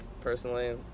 personally